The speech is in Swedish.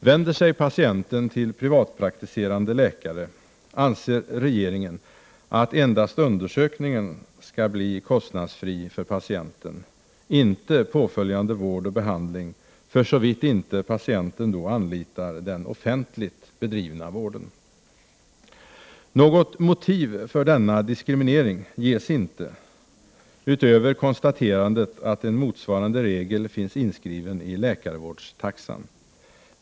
Vänder sig patienten till privatpraktiserande läkare anser regeringen att endast undersökningen skall bli kostnadsfri för patienten, inte påföljande vård och behandling såvitt inte patienten då anlitar den offentligt bedrivna vården. Något motiv för denna diskriminering ges inte utöver konstaterandet att en motsvarande regel finns inskriven i läkarvårdstaxan.